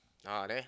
ah there